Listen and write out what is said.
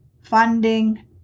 funding